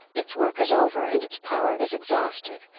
its work is over and its power is exhausted,